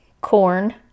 Corn